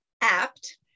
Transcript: apt